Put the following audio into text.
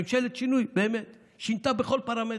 ממשלת שינוי, באמת, שינתה בכל פרמטר,